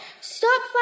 Stop